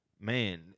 Man